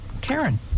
karen